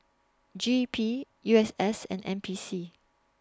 G E P U S S and N P C